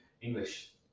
English